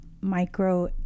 micro